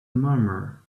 murmur